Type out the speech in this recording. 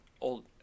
old